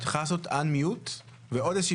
אחריך